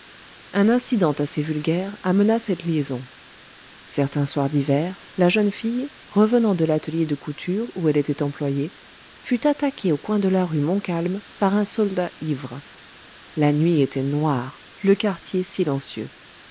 un incident assez vulgaire amena cette liaison certain soir d'hiver la jeune fille revenant de l'atelier de couture où elle était employée fut attaquée au coin de la rue montcalm par un soldat ivre la nuit était noire le quartier silencieux